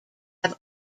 have